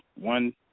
one